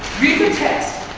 read the text.